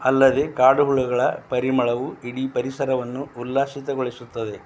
ಅಲ್ಲದೆ ಕಾಡು ಹುಳುಗಳ ಪರಿಮಳವು ಇಡೀ ಪರಿಸರವನ್ನು ಉಲ್ಲಸಿತಗೊಳಿಸುತ್ತದೆ